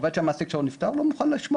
עובד שהמעסיק שלו נפטר לא מוכן לשמוע